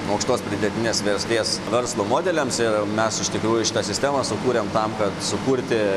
mokslas pridėtinės vertės verslo modeliams ir mes iš tikrųjų šitą sistemą sukūrėm tam kad sukurti